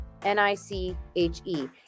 N-I-C-H-E